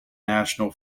national